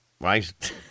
right